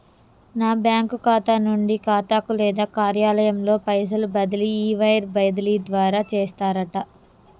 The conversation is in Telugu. ఒక బ్యాంకు ఖాతా నుండి ఖాతాకు లేదా కార్యాలయంలో పైసలు బదిలీ ఈ వైర్ బదిలీ ద్వారా చేస్తారట